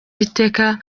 iteka